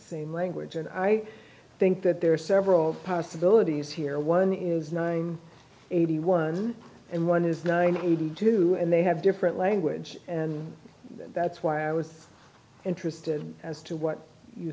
same language and i think that there are several possibilities here one is nine eighty one and one is nine hundred do and they have different language and that's why i was interested as to what you